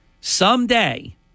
Someday